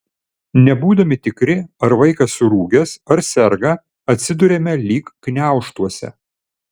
nebūdami tikri ar vaikas surūgęs ar serga atsiduriame lyg gniaužtuose